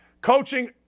Coaching